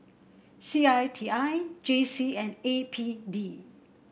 C I T I J C and A P D